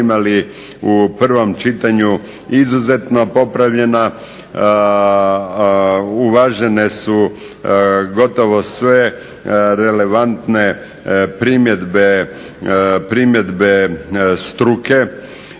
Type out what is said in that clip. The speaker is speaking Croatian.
u prvom čitanju izuzetno popravljena, uvažene su gotovo sve relevantne primjedbe struke